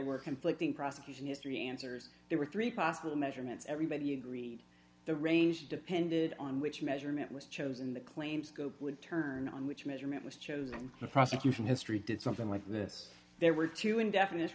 were conflicting prosecution history answers there were three possible measurements everybody agreed the range depended on which measurement was chosen the claim scope would turn on which measurement was chosen the prosecution history did something like this there were two indefinite